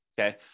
okay